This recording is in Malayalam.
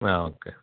ആ ഓക്കെ